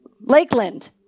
lakeland